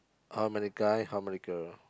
how many guy how many girl